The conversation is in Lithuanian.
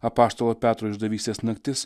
apaštalo petro išdavystės naktis